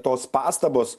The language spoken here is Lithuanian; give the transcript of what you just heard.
tos pastabos